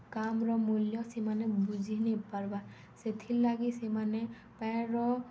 କାମ୍ର ମୂଲ୍ୟ ସେମାନେ ବୁଝିିନିପାର୍ବାର୍ ସେଥିର୍ଲାଗି ସେମାନେ ପାଏନ୍ର